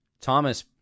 Thomas